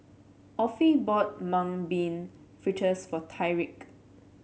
Offie bought Mung Bean Fritters for Tyrik